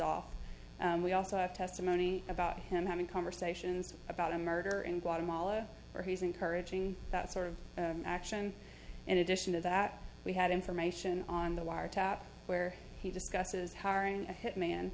off we also have testimony about him having conversations about a murder in guatemala where he's encouraging that sort of action in addition to that we had information on the wiretap where he discusses hiring a hitman